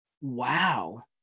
Wow